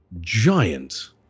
giant